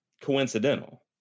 coincidental